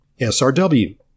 srw